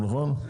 כן.